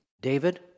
David